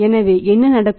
எனவே என்ன நடக்கும்